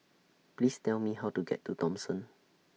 Please Tell Me How to get to Thomson